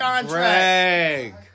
Greg